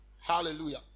hallelujah